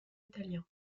italiens